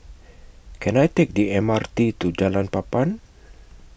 Can I Take The M R T to Jalan Papan